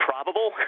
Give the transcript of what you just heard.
Probable